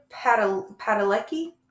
Padalecki